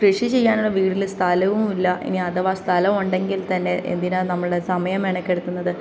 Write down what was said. കൃഷി ചെയ്യാനുള്ള വീട്ടിൽ സ്ഥലവും ഇല്ല ഇനി അഥവാ സ്ഥലം ഉണ്ടെങ്കിൽ തന്നെ എന്തിനാണ് നമ്മൾ സമയം മെനക്കെടുത്തുന്നത്